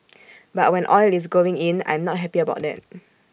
but when oil is going in I'm not happy about that